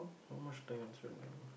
how much time